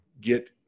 get